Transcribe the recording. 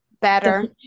better